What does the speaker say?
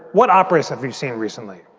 what operas have you seen recently?